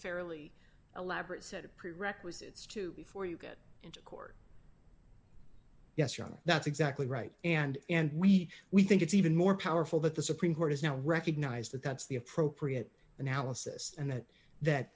fairly elaborate set of prerequisites to before you get into court yes young that's exactly right and and we we think it's even more powerful that the supreme court has now recognized that that's the appropriate analysis and that that